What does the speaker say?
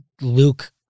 Luke